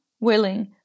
Willing